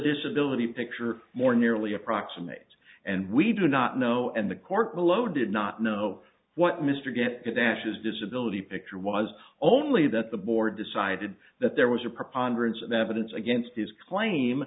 disability picture more nearly approximates and we do not know and the court below did not know what mr get good ashes disability picture was only that the board decided that there was a preponderance of evidence against his claim